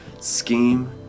scheme